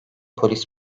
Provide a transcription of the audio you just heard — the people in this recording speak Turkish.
polis